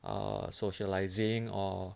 err socialising or